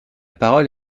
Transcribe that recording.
parole